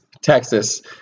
Texas